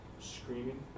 screaming